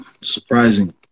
surprising